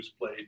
played